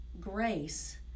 grace